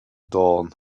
dawn